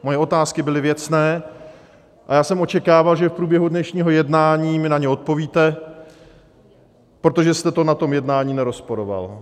Moje otázky byly věcné a já jsem očekával, že v průběhu dnešního jednání mi na to odpovíte, protože jste to na tom jednání nerozporovat.